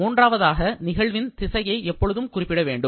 மூன்றாவதாக நிகழ்வின் திசையை எப்பொழுதும் குறிப்பிட வேண்டும்